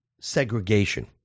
segregation